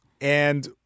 And-